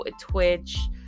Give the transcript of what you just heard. Twitch